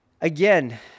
Again